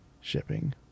shipping